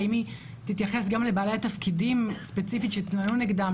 האם היא תתייחס גם לבעלי התפקידים ספציפית שהתלוננו נגדם?